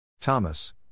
Thomas